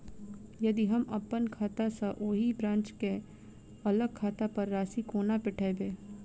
यदि हम अप्पन खाता सँ ओही ब्रांच केँ अलग खाता पर राशि कोना पठेबै?